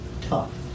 tough